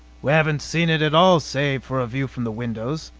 we haven't seen it at all, save for a view from the windows,